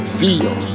feel